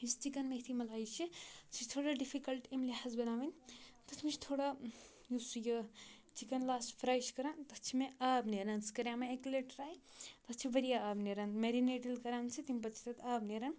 یُس چِکَن میتھی ملایی چھِ سُہ چھِ تھوڑا ڈِفِکَلٹ اَمہِ لِحاظ بَناوٕنۍ تَتھ منٛز چھِ تھوڑا یُس یہِ چِکَن لاسٹ فرٛاے چھِ کَران تَتھ چھِ مےٚ آب نیران سُہ کَریو مےٚ اَکہِ لَٹہِ ٹرٛاے تَتھ چھِ واریاہ آب نیران مٮ۪رِنیٹ ییٚلہِ کَران چھِ تَمہِ پَتہٕ چھِ تَتھ آب نیران